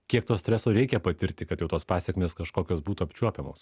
kiek to streso reikia patirti kad jau tos pasekmės kažkokios būtų apčiuopiamos